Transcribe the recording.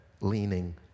leaning